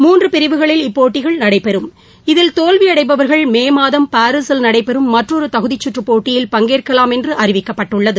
மூன்று பிரிவுகளில் இப்போட்டிகள் நடைபெறும் இதில் தோல்வியடைபவர்கள் மே மாதம் பாரீஸில் நடைபெறும் மற்றொரு தகுதிக்கற்றுப் போட்டியில் பங்கேற்கலாம் என்று அறிவிக்கப்பட்டுள்ளது